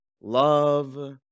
Love